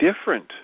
different